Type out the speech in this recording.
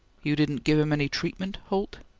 you didn't give him any treatment, holt?